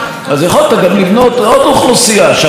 אמרתי את זה לא בהתרסה אלא כדי לעזור לך,